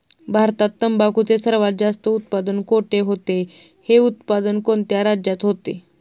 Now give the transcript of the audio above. भारतात तंबाखूचे सर्वात जास्त उत्पादन कोठे होते? हे उत्पादन कोणत्या राज्यात होते?